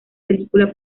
película